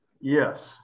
yes